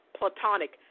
platonic